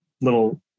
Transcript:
little